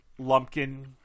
Lumpkin